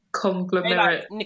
conglomerate